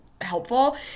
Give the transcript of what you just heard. helpful